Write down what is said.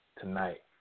tonight